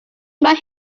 might